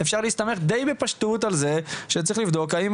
אפשר להסתמך די בפשטות על זה שצריך לבדוק האם